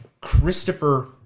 christopher